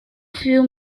fuel